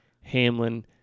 Hamlin